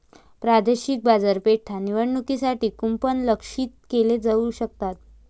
प्रादेशिक बाजारपेठा निवडण्यासाठी कूपन लक्ष्यित केले जाऊ शकतात